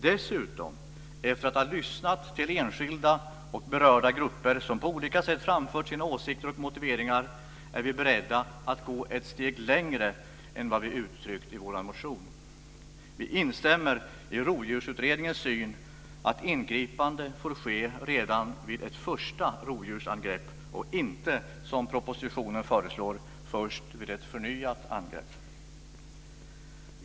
Dessutom är vi, efter att ha lyssnat till enskilda och berörda grupper som på olika sätt framfört sina åsikter och motiveringar, beredda att gå ett steg längre än vad vi uttryckt i vår motion: Vi instämmer i Rovdjursutredningens syn att ingripande får ske redan vid ett första rovdjursangrepp och inte, som propositionen föreslår, först vid ett förnyat angrepp.